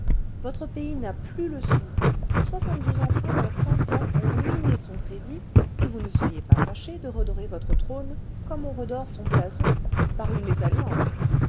votre pays n'a plus le sou ses soixante-douze emprunts en cent ans ont ruiné son ijc vingtième siècle crédit et vous ne seriez pas fâchés de redorer votre trône comme on redore son blason par une mésalliance